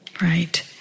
Right